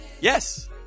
Yes